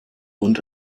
rund